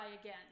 again